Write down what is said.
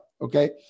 okay